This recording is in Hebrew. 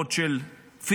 דוחות של פיץ',